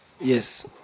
Yes